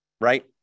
right